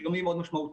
שגם היא מאוד משמעותית.